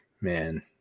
man